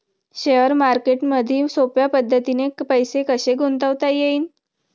Share मार्केटमधी सोप्या पद्धतीने पैसे कसे गुंतवता येईन?